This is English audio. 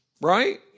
Right